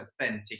authentic